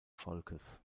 volkes